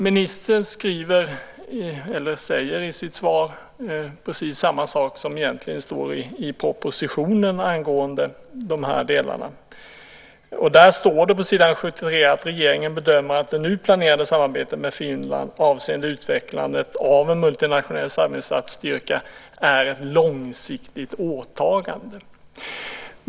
Ministern säger i sitt svar samma sak som egentligen står i propositionen angående detta. På s. 73 står att "regeringen bedömer att det nu planerade samarbetet med Finland avseende utvecklandet av en multinationell snabbinsatsstyrka är ett långsiktigt åtagande".